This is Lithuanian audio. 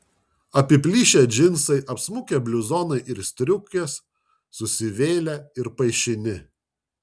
apiplyšę džinsai apsmukę bliuzonai ir striukės susivėlę ir paišini